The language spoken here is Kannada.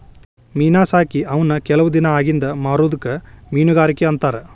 ಮೇನಾ ಸಾಕಿ ಅವನ್ನ ಕೆಲವ ದಿನಾ ಅಗಿಂದ ಮಾರುದಕ್ಕ ಮೇನುಗಾರಿಕೆ ಅಂತಾರ